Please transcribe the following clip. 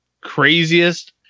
craziest